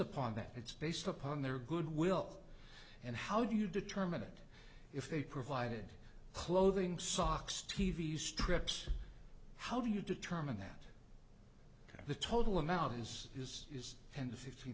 upon that it's based upon their goodwill and how do you determine it if they provided clothing socks t v s strips how do you determine that ok the total amount is his is ten to fifteen